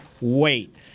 wait